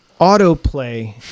autoplay